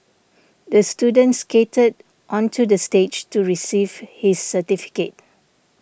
the student skated onto the stage to receive his certificate